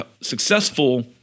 successful